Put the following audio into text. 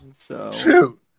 shoot